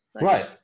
right